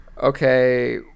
okay